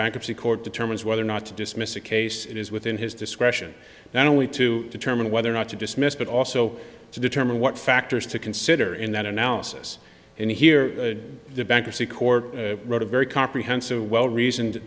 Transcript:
bankruptcy court determines whether or not to dismiss a case it is within his discretion not only to determine whether or not to dismiss but also to determine what factors to consider in that analysis and here the bankruptcy court wrote a very comprehensive well reason